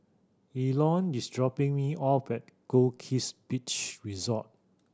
Elon is dropping me off at Goldkist Beach Resort